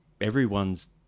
Everyone's